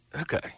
Okay